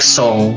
song